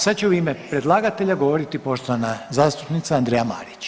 Sad će u ime predlagatelja govoriti poštovana zastupnica Andreja Marić.